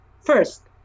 First